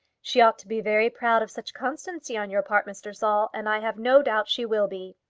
she ought to be very proud of such constancy on your part, mr. saul, and i have no doubt she will be.